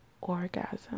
orgasm